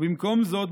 ובמקום זאת,